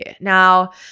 Now